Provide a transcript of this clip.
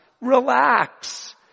relax